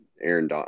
Aaron